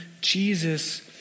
Jesus